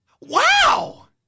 Wow